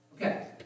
Okay